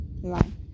line